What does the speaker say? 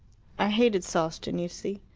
i hated sawston, you see.